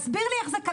תסביר לי איך זה כלכלי.